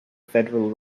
federal